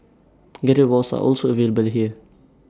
guided walks are also available here